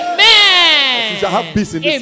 Amen